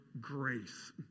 grace